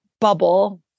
bubble